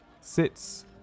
sits